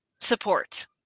support